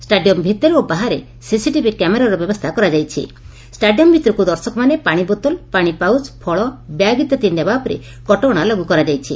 stadium ଭିତରେ ଓ ବାହାରେ ସିସିଟିଭି କ୍ୟାମେରାର ବ୍ୟବସ୍କା କରାଯାଇଛି ଷ୍ଟାଡିୟମ୍ ଭିତରକୁ ଦର୍ଶକଙ୍କ ପ୍ରତି ପାଶି ବୋତଲ ପାଶି ପାଉଚ୍ ଫଳ ବ୍ୟାଗ୍ ଇତ୍ୟାଦି ନେବା ଉପରେ କଟକଶା ଲାଗୁ କରାଯାଇଛି